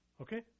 Okay